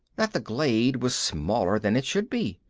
that the glade was smaller than it should be,